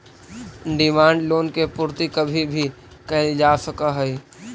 demand loan के पूर्ति कभी भी कैल जा सकऽ हई